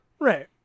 Right